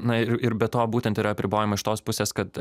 na ir ir be to būtent yra apribojama iš tos pusės kad